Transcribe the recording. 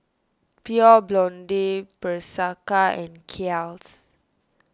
Pure Blonde Bershka and Kiehl's